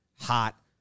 hot